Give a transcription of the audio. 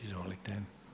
Izvolite.